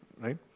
right